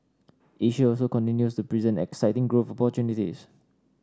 Asia also continues to present exciting growth opportunities